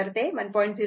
तर ते 1